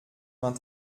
vingt